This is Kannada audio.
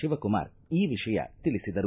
ಶಿವಕುಮಾರ್ ಈ ವಿಷಯ ತಿಳಿಸಿದರು